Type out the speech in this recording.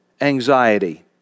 anxiety